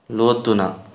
ꯂꯣꯠꯇꯨꯅ